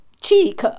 Cheek